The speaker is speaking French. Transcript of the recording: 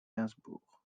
gainsbourg